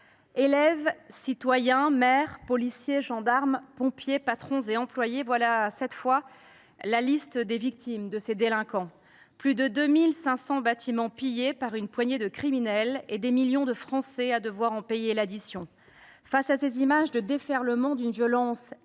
Élèves, citoyens, maires, policiers, gendarmes, pompiers, patrons et employés : telle est, cette fois, la liste des victimes de ces délinquants. Plus de 2 500 bâtiments pillés par une poignée de criminels, et des millions de Français à devoir en payer l’addition ! Face à ces images de déferlement d’une violence inouïe,